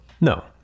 No